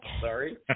Sorry